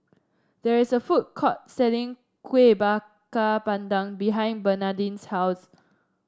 there is a food court selling Kueh Bakar Pandan behind Bernadine's house